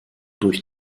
durch